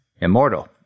immortal